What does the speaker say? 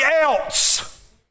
else